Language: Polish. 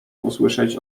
usłyszeć